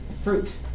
fruit